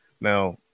Now